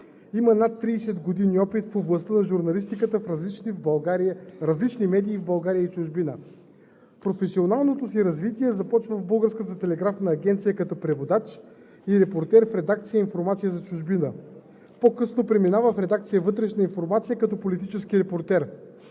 Има над 30 години опит в областта на журналистиката в различни медии в България и в чужбина. Професионалното си развитие започва в Българската телеграфна агенция като преводач и репортер в редакция „Информация за чужбина“. По-късно преминава в редакция „Вътрешна информация“ като политически репортер.